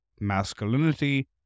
masculinity